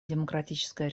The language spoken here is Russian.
демократическая